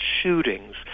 shootings